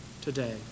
today